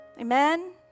Amen